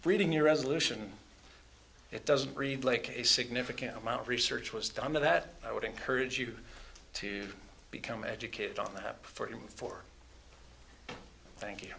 reading your resolution it doesn't read like a significant amount of research was done by that i would encourage you to become educated on that for you for thank you